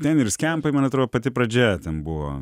ten ir skempai man atrodo pati pradžia ten buvo